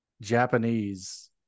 Japanese